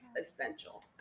essential